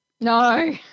No